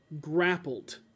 grappled